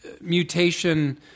mutation